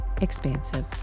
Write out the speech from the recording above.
expansive